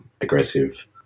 aggressive